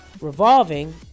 revolving